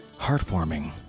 heartwarming